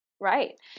Right